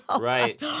Right